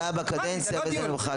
זה בקדנציה וזה נמחק.